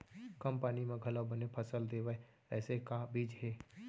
कम पानी मा घलव बने फसल देवय ऐसे का बीज हे?